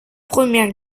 première